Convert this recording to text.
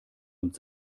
und